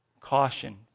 Caution